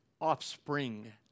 offspring